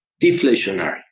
deflationary